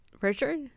Richard